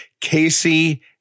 Casey